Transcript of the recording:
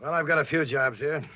and i've got a few jobs here,